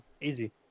Easy